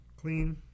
Clean